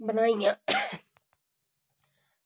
बनाइयां